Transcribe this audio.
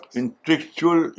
intellectual